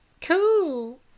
Cool